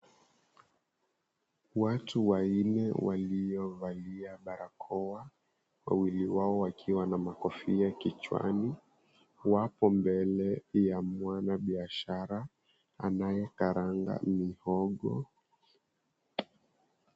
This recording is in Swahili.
Watu wanne waliovalia barakoa, wawili wao akiwa na makofia kichwani, wapo mbele ya mwanabiashara anayekaranga mihogo.